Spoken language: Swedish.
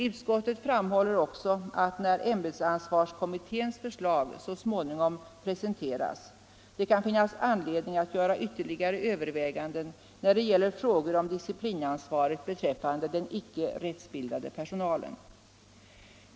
Utskottet framhåller också att när ämbetsansvarskommitténs förslag så småningom presenteras kan det finnas anledning att göra ytterligare överväganden då det gäller frågor om disciplinansvaret beträffande den icke rättsbildade personalen.